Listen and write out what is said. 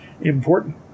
important